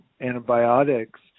antibiotics